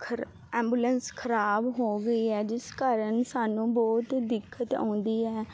ਖਰ ਐਬੂਲੈਂਸ ਖ਼ਰਾਬ ਹੋ ਗਈ ਹੈ ਜਿਸ ਕਾਰਨ ਸਾਨੂੰ ਬਹੁਤ ਦਿੱਕਤ ਆਉਂਦੀ ਹੈ